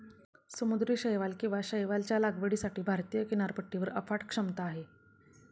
समुद्री शैवाल किंवा शैवालच्या लागवडीसाठी भारतीय किनारपट्टीवर अफाट क्षमता आहे